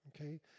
okay